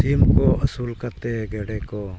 ᱥᱤᱢᱠᱚ ᱟᱹᱥᱩᱞ ᱠᱟᱛᱮᱫ ᱜᱮᱰᱮᱠᱚ